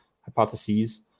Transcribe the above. hypotheses